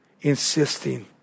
insisting